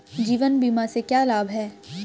जीवन बीमा से क्या लाभ हैं?